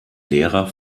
lehrer